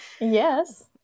Yes